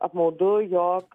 apmaudu jog